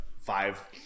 five